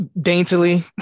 daintily